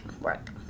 Work